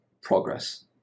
progress